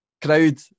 crowd